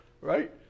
right